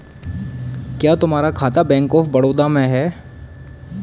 क्या तुम्हारा खाता बैंक ऑफ बड़ौदा में है?